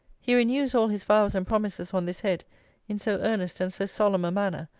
he renews all his vows and promises on this head in so earnest and so solemn a manner,